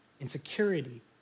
insecurity